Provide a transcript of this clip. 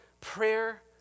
prayer